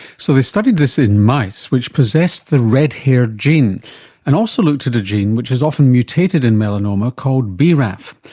so they studied this in mice which possessed the red-haired gene and also looked at a gene which is often mutated in melanoma called braf.